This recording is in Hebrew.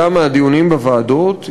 עלה מהדיונים בוועדות,